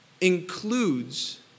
includes